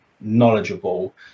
knowledgeable